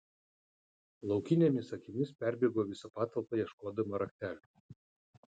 laukinėmis akimis perbėgo visą patalpą ieškodama raktelių